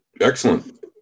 Excellent